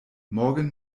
morgen